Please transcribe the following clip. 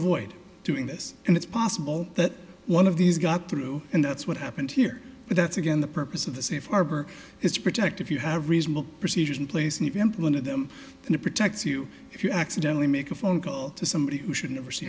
avoid doing this and it's possible that one of these got through and that's what happened here but that's again the purpose of the safe harbor is to protect if you have reasonable procedures in place and employ them and it protects you if you accidentally make a phone call to somebody who should never see